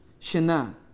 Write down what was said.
Shana